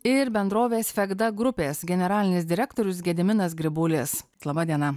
ir bendrovės fegda grupės generalinis direktorius gediminas grybulis laba diena